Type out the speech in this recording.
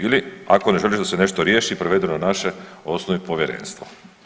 Ili ako ne želiš da se nešto riješi, prevedeno na naše, osnuj povjerenstvo.